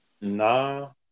No